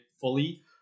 fully